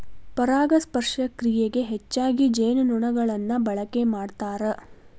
ಪರಾಗಸ್ಪರ್ಶ ಕ್ರಿಯೆಗೆ ಹೆಚ್ಚಾಗಿ ಜೇನುನೊಣಗಳನ್ನ ಬಳಕೆ ಮಾಡ್ತಾರ